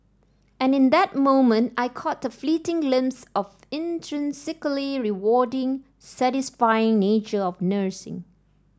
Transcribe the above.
and in that moment I caught a fleeting glimpse of the intrinsically rewarding satisfying nature of nursing